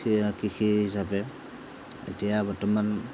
সেয়া কৃষি হিচাপে এতিয়া বৰ্তমান